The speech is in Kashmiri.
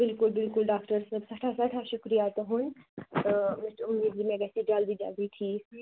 بِلکُل بِلکُل ڈاکٹَر صٲب سٮ۪ٹھا سٮ۪ٹھا شُکرِیا تُہُنٛد تہٕ مےٚ چھِ اُمیٖد زِ مےٚ گَژھِ یہِ جَلدی جَلدی ٹھیٖک